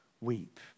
weep